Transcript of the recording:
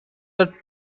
are